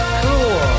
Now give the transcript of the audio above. cool